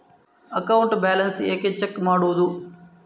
Account balance ಹೇಗೆ check ಮಾಡುವುದು?